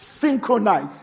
synchronize